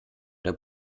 der